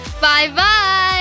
Bye-bye